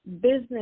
business